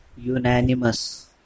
unanimous